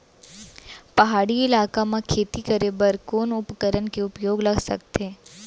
पहाड़ी इलाका म खेती करें बर कोन उपकरण के उपयोग ल सकथे?